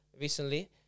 recently